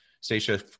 Stacia